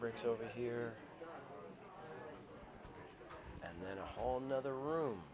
bridge over here and then a whole nother room